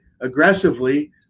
aggressively